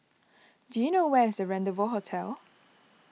do you know where is Rendezvous Hotel